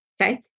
okay